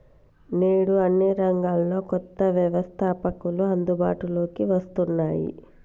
నేడు అన్ని రంగాల్లో కొత్త వ్యవస్తాపకతలు అందుబాటులోకి వస్తున్నాయి